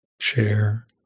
chair